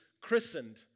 christened